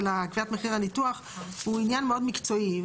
קביעת מחיר הניתוח הוא עניין מאוד מקצועי.